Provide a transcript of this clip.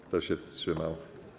Kto się wstrzymał?